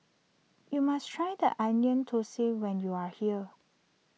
you must try the Onion Thosai when you are here